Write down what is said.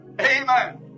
Amen